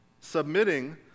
Submitting